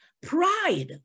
Pride